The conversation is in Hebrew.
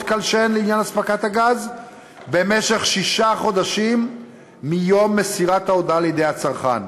כלשהן לעניין אספקת גז במשך שישה חודשים מיום מסירת ההודעה על-ידי הצרכן.